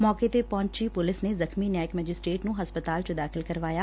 ਮੌਕੇ ਤੇ ਪਹੁੰਚੀ ਪੁਲਿਸ ਨੇ ਜਖ਼ਮੀ ਨਿਆਇਕ ਮੈਜਿਸਟਰੇਟ ਨੂੰ ਹਸਪਤਾਲ ਚ ਦਾਖਲ ਕਰਵਾਇਆ